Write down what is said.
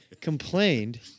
complained